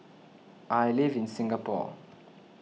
I live in Singapore